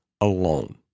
alone